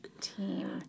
team